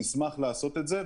נשמח לעשות את זה.